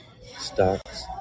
Stocks